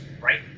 right